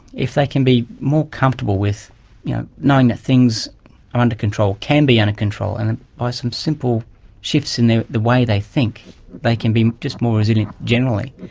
if they can be more comfortable with knowing that things are under control, can be under control, and by some simple shifts in the way they think they can be just more resilient generally,